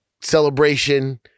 celebration